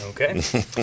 Okay